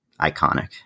iconic